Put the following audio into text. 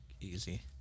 easy